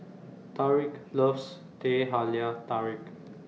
Tarik loves Teh Halia Tarik